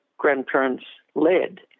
grandparents-led